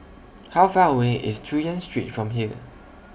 How Far away IS Chu Yen Street from here